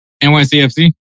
NYCFC